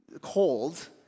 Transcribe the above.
Cold